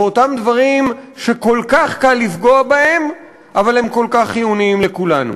באותם דברים שכל כך קל לפגוע בהם אבל הם כל כך חיוניים לכולנו.